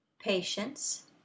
patience